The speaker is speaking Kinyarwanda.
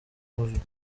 movie